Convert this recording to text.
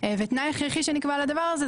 והתנאי ההכרחי שנקבע לדבר הזה,